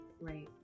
Right